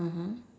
mmhmm